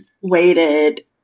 waited